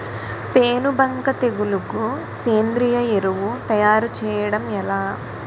పేను బంక తెగులుకు సేంద్రీయ ఎరువు తయారు చేయడం ఎలా?